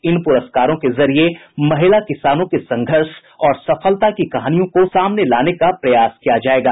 इन पुरस्कारों के जरिए महिला किसानों के संघर्ष और सफलता की कहानियों को सामने लाने का प्रयास किया जाएगा